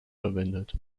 verwendet